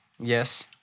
Yes